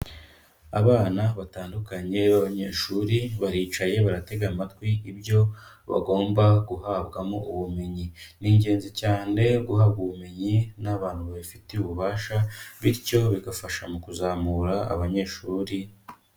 Abana batandukanye b'abanyeshuri, baricaye baratega amatwi ibyo bagomba guhabwamo ubumenyi. Ni ingenzi cyane guhabwa ubumenyi n'abantu babifitiye ububasha bityo bigafasha mu kuzamura abanyeshuri,.